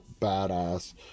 badass